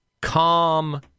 calm